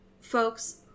folks